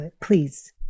please